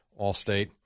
Allstate